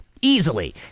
Easily